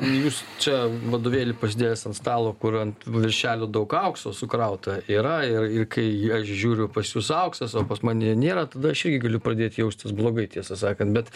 jūs čia vadovėlį pasidėjęs ant stalo kur ant viršelio daug aukso sukrauta yra ir ir kai aš žiūriu pas jus auksas o pas mane nėra tada aš irgi galiu pradėt jaustis blogai tiesą sakant bet